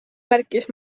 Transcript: märkis